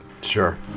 Sure